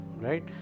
right